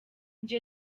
njye